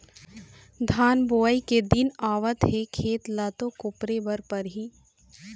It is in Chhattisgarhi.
धान बोवई के दिन आवत हे खेत ल तो कोपरे बर परही